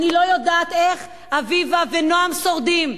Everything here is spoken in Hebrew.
אני לא יודעת איך אביבה ונועם שורדים.